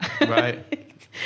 right